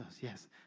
Yes